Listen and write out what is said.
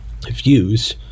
views